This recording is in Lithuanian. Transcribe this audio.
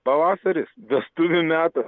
pavasaris vestuvių metas